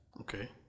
Okay